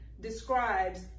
describes